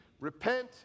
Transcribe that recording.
repent